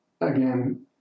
Again